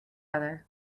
other